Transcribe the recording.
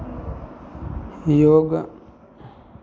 योग